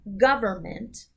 government